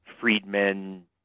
Friedman